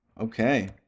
Okay